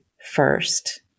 first